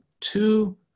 two